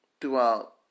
throughout